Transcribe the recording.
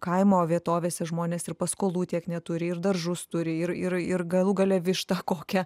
kaimo vietovėse žmonės ir paskolų tiek neturi ir daržus turi ir ir ir galų gale vištą kokią